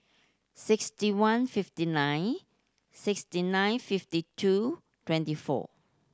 sixty one fifty nine sixty nine fifty two twenty four